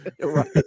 Right